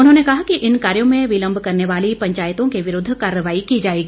उन्होंने कहा कि इन कार्यों में विलंब करने वाली पंचायतों के विरूद्व कार्रवाई की जाएगी